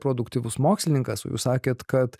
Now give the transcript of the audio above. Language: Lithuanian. produktyvus mokslininkas o jūs sakėt kad